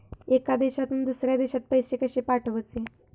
एका देशातून दुसऱ्या देशात पैसे कशे पाठवचे?